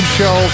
show